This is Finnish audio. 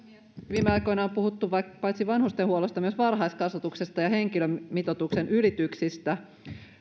viime aikoina on puhuttu paitsi vanhustenhuollosta myös varhaiskasvatuksesta ja henkilömitoituksen ylityksistä